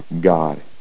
God